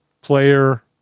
player